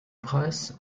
preis